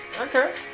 Okay